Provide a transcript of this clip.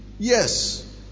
yes